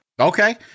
Okay